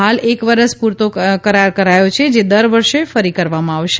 હાલ એક વરસ પૂરતો કરાર કરાયો છે જે દર વર્ષે ફરી કરવામાં આવશે